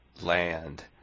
land